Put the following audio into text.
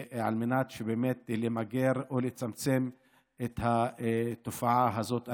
על מנת שנמגר ונצמצם את התופעה הזאת.